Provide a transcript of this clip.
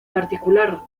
particular